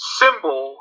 symbol